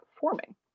forming